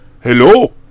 Hello